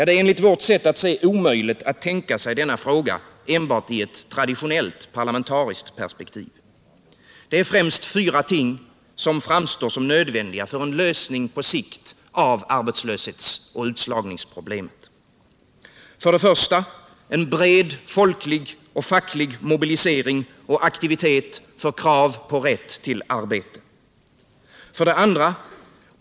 Det är enligt vårt sätt att se omöjligt att tänka sig denna fråga enbart i ett traditionellt parlamentariskt perspektiv. Främst fyra ting framstår som nödvändiga för en lösning på sikt av arbetslöshetsoch utslagningsproblemet: 1. En bred folklig och facklig mobilisering och aktivitet för krav på rätt till arbete. 2.